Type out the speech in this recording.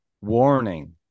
warning